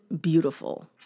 beautiful